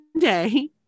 day